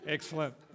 Excellent